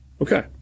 Okay